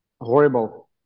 horrible